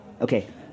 Okay